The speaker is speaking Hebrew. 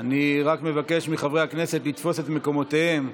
אני רק מבקש מחברי הכנסת לתפוס את מקומותיהם,